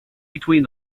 between